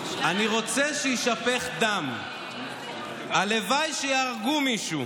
אני רוצה שיישפך דם, הלוואי שיהרגו מישהו,